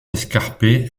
escarpé